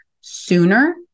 sooner